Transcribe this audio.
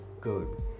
good